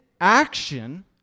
action